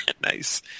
Nice